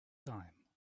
dime